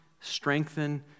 strengthen